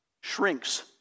shrinks